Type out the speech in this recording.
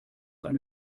eine